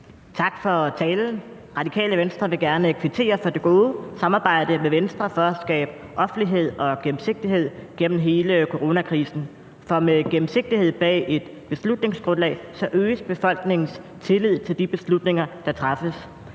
Tak for talen. Radikale Venstre vil gerne kvittere for det gode samarbejde med Venstre for at skabe offentlighed og gennemsigtighed gennem hele coronakrisen, for med gennemsigtighed bag et beslutningsgrundlag øges befolkningens tillid til de beslutninger, der træffes.